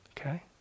Okay